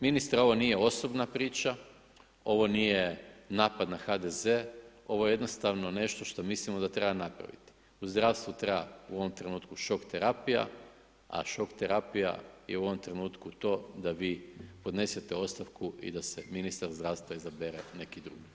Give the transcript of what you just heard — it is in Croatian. Ministre ovo nije osobna priča, ovo nije napada na HDZ, ovo jednostavno je nešto što mislimo da treba napraviti, u zdravstvu treba u ovom trenutku šok terapija a šok terapija je u ovom trenutku to da vi podnesete ostavku i da se ministar zdravstva izabere neki drug.